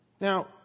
Now